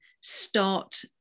start